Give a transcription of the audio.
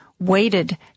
waited